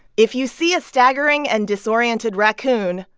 if you see a staggering and disoriented raccoon,